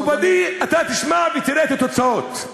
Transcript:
מכובדי, אתה תשמע ותראה את התוצאות.